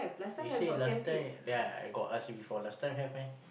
you say last time then I I got ask you before last time have meh